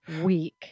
week